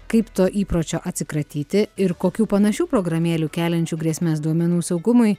kaip to įpročio atsikratyti ir kokių panašių programėlių keliančių grėsmes duomenų saugumui